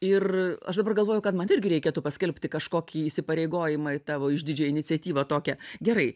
ir aš dabar galvoju kad man irgi reikėtų paskelbti kažkokį įsipareigojimą į tavo išdidžią iniciatyvą tokią gerai